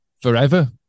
forever